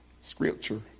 Scripture